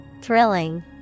Thrilling